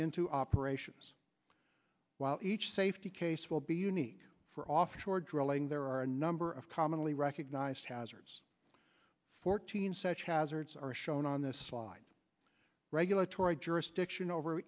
into operations while each safety case will be unique for offshore drilling there are a number of commonly recognized hazards fourteen such hazards are shown on this slide regulatory jurisdiction over